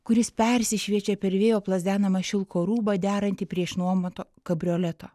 kuris persišviečia per vėjo plazdenamą šilko rūbą derantį prie išnuomoto kabrioleto